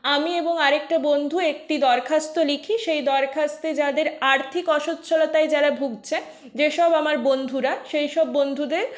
আমি এবং আরেকটা বন্ধু একটি দরখাস্ত লিখি সেই দরখাস্তে যাদের আর্থিক অসচ্ছলতায় যারা ভুগছে যেসব আমার বন্ধুরা সেইসব বন্ধুদের